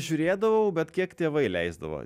žiūrėdavau bet kiek tėvai leisdavo